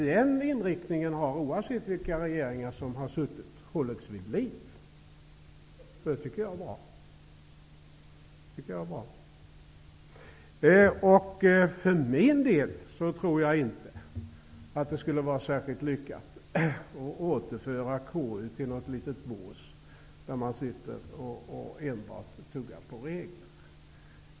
Den inriktningen har, oavsett vilka regeringar som har haft makten, hållits vid liv. Det tycker jag är bra. För min del tror jag inte att det skulle vara särskilt lyckat att återföra KU till något litet bås där man sitter och enbart tuggar på regler.